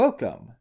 Welcome